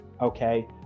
okay